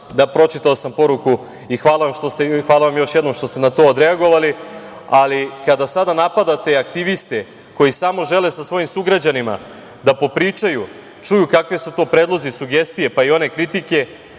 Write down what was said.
danas, pročitao sam poruku i hvala vam još jednom što ste na to odreagovali, ali kada sada napadate i aktiviste koji samo žele sa svojim sugrađanima da popričaju, čuju kakvi su to predlozi, sugestije, pa i one kritike,